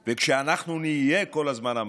עלינו וכל הזמן אמרתם: